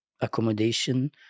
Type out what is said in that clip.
accommodation